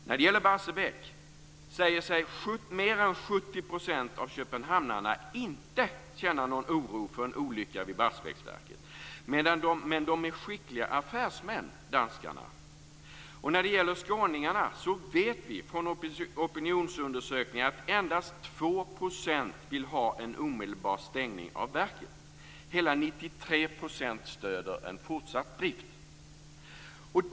När det gäller Barsebäck säger sig mer än 70 % av köpenhamnsborna inte känna någon oro för en olycka vid Barsebäcksverket, men danskarna är skickliga affärsmän. När det gäller skåningarna vet vi från opinionsundersökningar att endast 2 % vill ha en omedelbar stängning av verket. Hela 93 % stöder en fortsatt drift!